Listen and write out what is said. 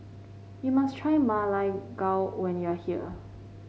you must try Ma Lai Gao when you are here